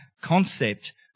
concept